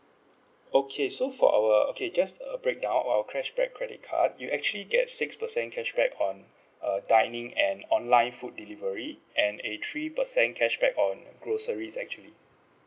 okay so for our okay just a break down our cashback credit card you actually get six percent cashback on uh dining and online food delivery and a three percent cashback on groceries actually